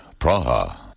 Praha